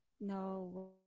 no